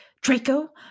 Draco